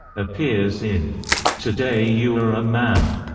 appears in today you are a man,